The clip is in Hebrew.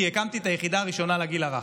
כי הקמתי את היחידה הראשונה לגיל הרך.